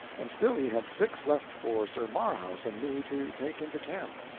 and still he had six left for sir marhaus and me to take into camp.